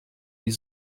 die